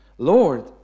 Lord